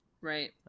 Right